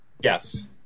Yes